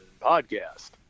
podcast